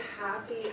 happy